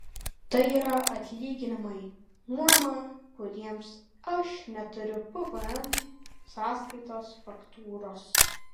tai yra atlyginimai nuoma kuriems aš neturiu pvm sąskaitos faktūros